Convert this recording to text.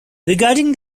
regarding